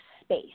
space